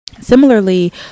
Similarly